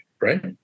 right